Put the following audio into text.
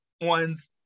ones